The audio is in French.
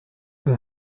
mon